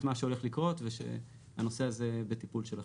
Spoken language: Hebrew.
מה שהולך לקרות ושהנושא הזה בטיפול שלכם.